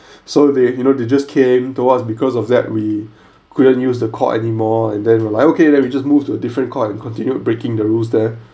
so they you know they just came to us because of that we couldn't use the court anymore and then we're like okay then we just moved to a different court and continued breaking the rules there